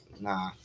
nah